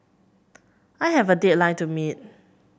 I have a deadline to meet